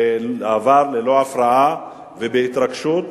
עבר ללא הפרעה, ובהתרגשות,